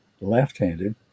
left-handed